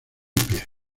pies